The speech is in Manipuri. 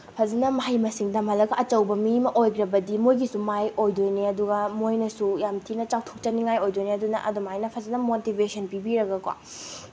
ꯐꯖꯅ ꯃꯍꯩ ꯃꯁꯤꯡ ꯇꯝꯍꯜꯂꯒ ꯑꯆꯧꯕ ꯃꯤ ꯑꯃ ꯑꯣꯏꯈ꯭ꯕꯗꯤ ꯃꯣꯏꯒꯤꯁꯨ ꯃꯥꯏ ꯑꯣꯏꯗꯣꯏꯅꯦ ꯑꯗꯨꯒ ꯃꯣꯏꯅꯁꯨ ꯌꯥꯝ ꯊꯤꯅ ꯆꯥꯎꯊꯣꯛꯆꯅꯤꯡꯉꯥꯏ ꯑꯣꯏꯗꯣꯏꯅꯦ ꯑꯗꯨꯅ ꯑꯗꯨꯃꯥꯏꯅ ꯐꯖꯅ ꯃꯣꯇꯤꯚꯦꯁꯟ ꯄꯤꯕꯤꯔꯒꯀꯣ